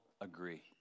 agree